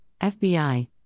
FBI